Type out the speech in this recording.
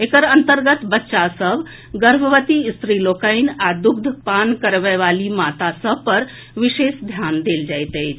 एकर अन्तर्गत बच्चा सभ गर्भवती स्त्री लोकनि आ द्ग्धपान करबय वाली माता सभ पर विशेष ध्यान देल जाइत अछि